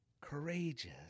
courageous